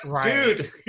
dude